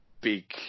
big